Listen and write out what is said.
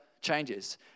changes